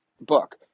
book